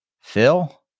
Phil